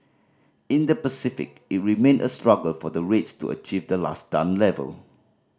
in the Pacific it remained a struggle for the rates to achieve the last done level